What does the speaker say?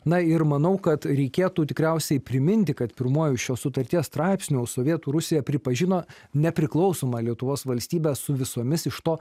na ir manau kad reikėtų tikriausiai priminti kad pirmuoju šios sutarties straipsniu sovietų rusija pripažino nepriklausomą lietuvos valstybę su visomis iš to